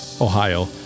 Ohio